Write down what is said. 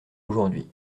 aujourd’hui